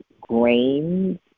grains